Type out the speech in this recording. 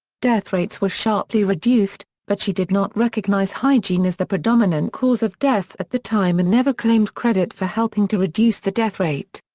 death rates were sharply reduced, but she did not recognise hygiene as the predominant cause of death at the time and never claimed credit for helping to reduce the death rate.